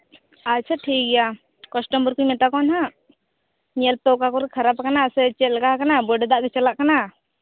ᱟᱪᱪᱷᱟ ᱴᱷᱤᱠᱜᱮᱭᱟ ᱠᱟᱥᱴᱚᱢᱟᱨ ᱢᱮᱛᱟᱠᱚᱣᱟ ᱦᱟᱸᱜ ᱧᱮᱞ ᱯᱮ ᱚᱠᱟ ᱠᱚᱨᱮ ᱠᱷᱟᱨᱟᱯᱟᱠᱟᱱᱟ ᱥᱮ ᱪᱮᱫᱞᱮᱠᱟ ᱦᱟᱠᱟᱱᱟ ᱵᱚᱰᱮ ᱫᱟᱜ ᱜᱮ ᱪᱟᱞᱟᱜ ᱠᱟᱱᱟ